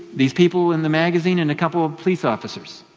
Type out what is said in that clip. these people in the magazine, and a couple of police officers.